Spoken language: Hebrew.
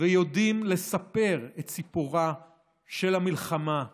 ויודעים לספר את סיפורה של המלחמה ההיא,